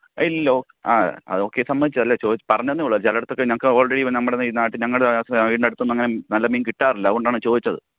അത് ഇല്ലല്ലോ ആ അത് ഓക്കെ സമ്മതിച്ചു അല്ല പറഞ്ഞു എന്നേ ഒള്ളൂ ചിലയിടത്തെക്കെ ഞങ്ങൾക്ക് ഓള്റെഡി ഈവന് നമ്മുടെ ദേ ഈ നാട്ടില് ഞങ്ങളുടെ വീടിന്റെ അടുത്തൊന്നും അങ്ങനെ നല്ല മീന് കിട്ടാറില്ല അതുകൊണ്ടാണ് ചോദിച്ചത്